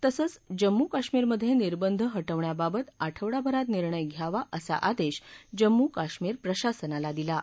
तसंच जम्मू काश्मीमरेध निर्बध हटवण्याबाबत आठवडाभरात निर्णय घ्यावा असा आदेश जम्मू काश्मीर प्रशासनाला दिला आहे